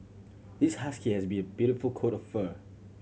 this husky has be a beautiful coat of fur